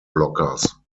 blockers